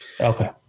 Okay